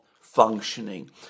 functioning